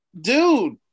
dude